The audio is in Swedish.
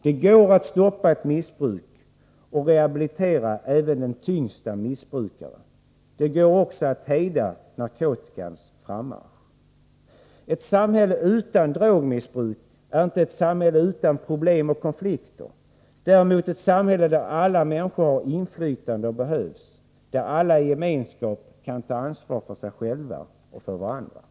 Det går att stoppa ett missbruk och rehabilitera även den tyngsta missbrukare. Det går också att hejda narkotikans frammarsch. Ett samhälle utan drogmissbruk är inte ett samhälle utan problem och konflikter — däremot ett samhälle där alla människor har inflytande och behövs, där alla i gemenskap kan ta ansvar för sig själva och varandra.